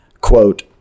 Quote